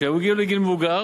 כשהם הגיעו לגיל מבוגר,